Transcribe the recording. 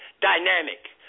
dynamic